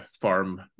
farm